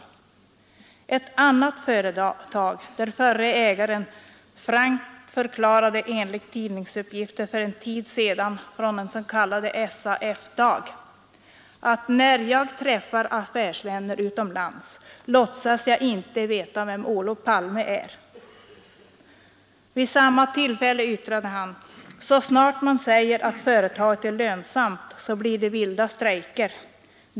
Ägaren till ett annat företag förklarade frankt enligt tidningsuppgifter för en tid sedan med anledning av något som kallades SAF-dagen: ”När jag träffar affärsvänner utomlands låtsas jag att jag inte vet vem Olof Palme är.” Vid samma tillfälle yttrade han: ”Så snart man säger att företaget är lönsamt så blir det vilda strejker ———.